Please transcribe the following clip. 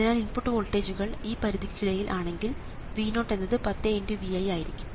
അതിനാൽ ഇൻപുട്ട് വോൾട്ടേജുകൾ ഈ പരിധികൾക്കിടയിൽ ആണെങ്കിൽ V0 എന്നത് 10×Vi ആയിരിക്കും